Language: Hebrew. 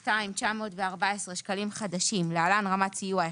142,914 שקלים חדשים (להלן רמת סיוע 1),